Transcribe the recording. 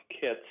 kits